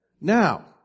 Now